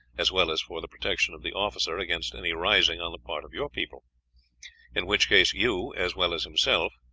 as well as for the protection of the officer against any rising on the part of your people in which case you, as well as himself,